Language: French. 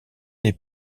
des